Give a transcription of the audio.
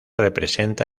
representa